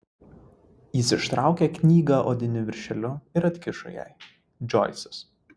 jis ištraukė knygą odiniu viršeliu ir atkišo jai džoisas